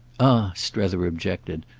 ah, strether objected,